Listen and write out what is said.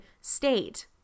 state